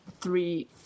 three